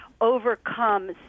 overcome